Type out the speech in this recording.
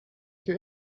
your